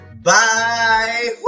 Bye